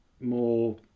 more